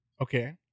Okay